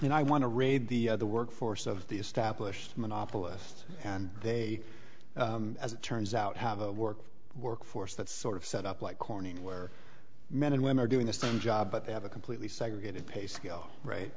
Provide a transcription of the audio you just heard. and i want to raid the workforce of the established monopolist and they as it turns out have a work workforce that sort of set up like corning where men and women are doing the same job but they have a completely segregated pay scale right